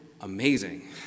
amazing